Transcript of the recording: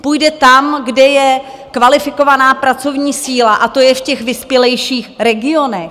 Půjde tam, kde je kvalifikovaná pracovní síla, a to je v těch vyspělejších regionech.